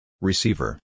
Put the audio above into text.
Receiver